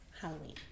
Halloween